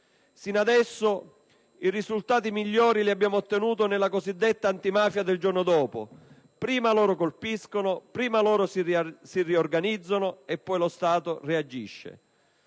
Fino ad ora i risultati migliori li abbiamo ottenuti nella cosiddetta antimafia del giorno dopo: prima colpiscono, si riorganizzano e poi lo Stato reagisce.